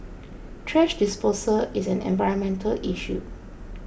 thrash disposal is an environmental issue